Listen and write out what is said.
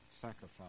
sacrifice